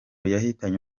yahitanye